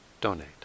donate